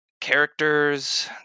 characters